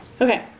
Okay